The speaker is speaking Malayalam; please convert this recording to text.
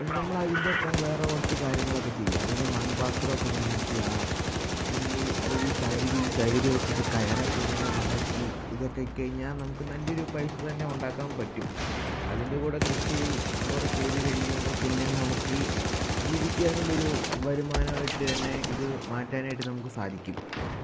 പക്ഷെ നമ്മൾ അതിൻ്റെ ഒപ്പം വേറെ കുറച്ചു കാര്യങ്ങളൊക്കെ ചെയ്യുക അതായത് മൺപാത്രമൊക്കെ നിർമ്മിക്കുക പിന്നെ ഈ അതായത് ഈ ചകിരി ചകിരി വെച്ചിട്ട് കയറൊക്കെ ഇങ്ങനെ ഉണ്ടാക്കിയും ഇതൊക്കെ കഴിഞ്ഞാൽ നമുക്ക് നല്ലൊരു പൈസ തന്നെ ഉണ്ടാക്കാൻ പറ്റും അതിൻ്റെ കൂടെ കൃഷിയും കൂടെ ചെയ്ത് കഴിയുമ്പോൾ പിന്നെ നമുക്ക് ജീവിക്കാനുള്ളൊരു വരുമാനവായിട്ട് തന്നെ ഇത് മാറ്റാനായിട്ട് നമുക്ക് സാധിക്കും